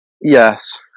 Yes